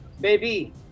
Baby